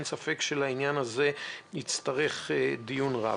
אין ספק שלעניין הזה נצטרך דיון רב.